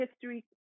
history